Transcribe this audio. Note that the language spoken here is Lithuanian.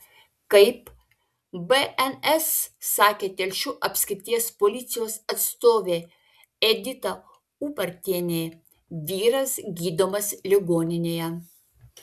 kaip bns sakė telšių apskrities policijos atstovė edita ubartienė vyras gydomas ligoninėje